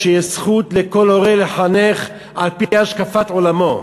שלכל הורה יש זכות לחנך על-פי השקפת עולמו,